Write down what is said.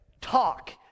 Talk